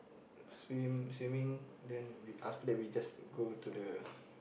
swim swimming then we after that we just go to the